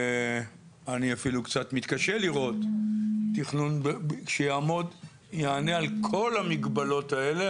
ואני אפילו קצת מתקשה לראות תכנון שיעמוד ויענה על כל המגבלות האלה.